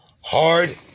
hard